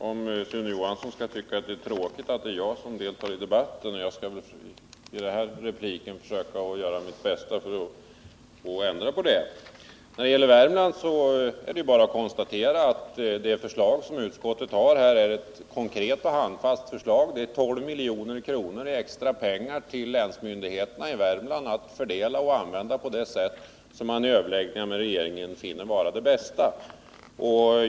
Herr talman! Det vore synd om Sune Johansson tycker det är tråkigt att det är jag som deltar i debatten. Jag skall i denna replik göra mitt bästa för att i så fall ändra hans inställning. När det gäller Värmland kan vi konstatera att det förslag utskottet framlägger är konkret och handfast: 12 milj.kr. i extra pengar till länsmyndigheterna i Värmland att fördela på det sätt som man vid överläggningar med regeringen finner vara det bästa.